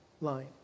line